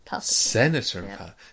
senator